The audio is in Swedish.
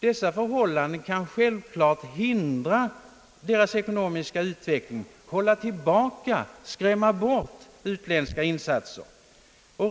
Dessa förhållanden kan självklart hindra deras ekonomiska utveckling, hålla tillbaka, skrämma bort utländska insatser.